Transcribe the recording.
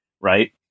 Right